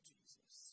Jesus